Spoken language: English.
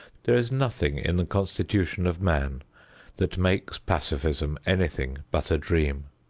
there is nothing in the constitution of man that makes pacifism anything but a dream.